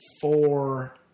four